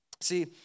See